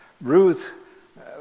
Ruth